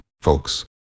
folks